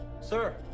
sir